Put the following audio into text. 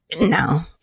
no